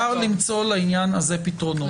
אפשר למצוא לעניין הזה פתרונות.